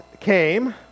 came